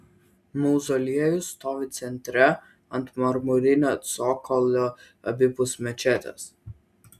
mauzoliejus stovi centre ant marmurinio cokolio abipus mečetės